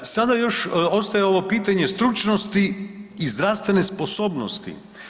Sada još ostaje ovo pitanje stručnosti i zdravstvene sposobnosti.